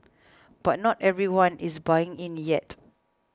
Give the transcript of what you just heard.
but not everyone is buying in yet